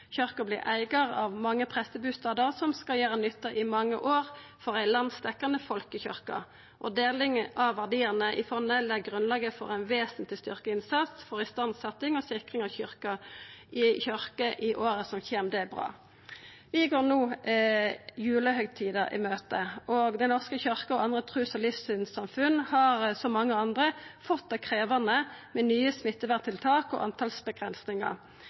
eigar av mange prestebustader, som skal gjera nytta i mange år for ei landsdekkjande folkekyrkje, og deling av verdiane i fondet legg grunnlaget for ein vesentleg styrkt innsats for istandsetjing og sikring av kyrkjene i åra som kjem – og det er bra. Vi går no julehøgtida i møte, og Den norske kyrkja og andre trus- og livssynssamfunn har som mange andre fått det krevjande med nye smitteverntiltak og